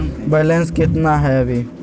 Balance केतना हय अभी?